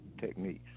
techniques